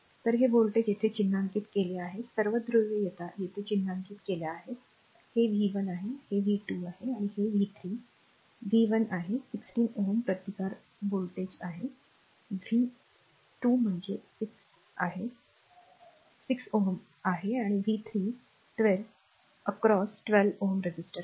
तर हे व्होल्टेज येथे चिन्हांकित केले आहे सर्व ध्रुवीयता येथे चिन्हांकित केल्या आहेत हे v 1 आहे हे v 2 आहे आणि हे v 3 v 1 आहे 16 Ω प्रतिकारात व्होल्टेज आहे v 2 म्हणजे 6 Ω आहे आणि v 3 12 च्या ओलांडून 12 Ω resister आहे